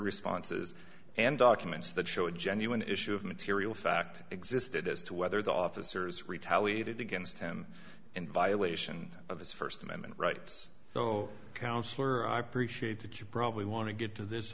responses and documents that show a genuine issue of material fact existed as to whether the officers retaliated against him in violation of his first amendment rights so councilor i prefer shade that you probably want to get to this